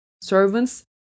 Servants